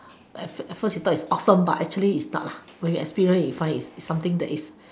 at first you think it's awesome but actually it's not when you experience you find it's something that is